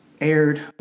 aired